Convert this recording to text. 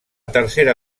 tercera